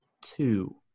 two